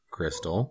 Crystal